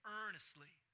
earnestly